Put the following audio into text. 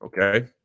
okay